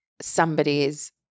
somebody's